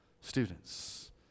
students